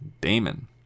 Damon